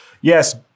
yes